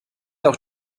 auch